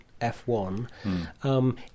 F1